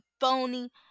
phony